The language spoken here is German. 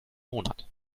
monat